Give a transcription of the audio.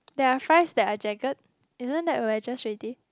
there are fries that are jagged isn't that wedges already